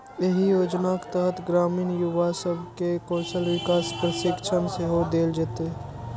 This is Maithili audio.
एहि योजनाक तहत ग्रामीण युवा सब कें कौशल विकास प्रशिक्षण सेहो देल जेतै